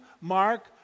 Mark